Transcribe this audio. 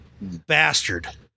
Bastard